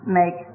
make